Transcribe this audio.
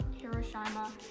Hiroshima